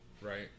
Right